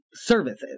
Services